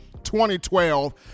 2012